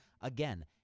Again